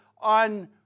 on